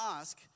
ask